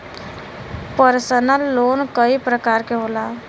personal loan कई परकार के होला